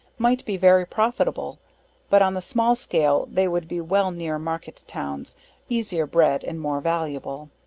might be very profitable but on the small scale they would be well near market towns easier bred, and more valuable.